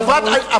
בתקנון הכנסת.